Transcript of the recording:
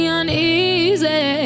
uneasy